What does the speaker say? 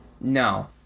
no